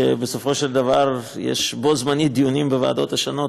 שבסופו של דבר יש בו בזמן דיונים בוועדות שונות,